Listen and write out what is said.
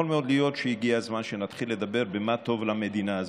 יכול מאוד להיות שהגיע הזמן שנתחיל לדבר במה טוב למדינה הזאת.